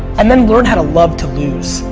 and then learn how to love to lose.